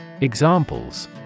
Examples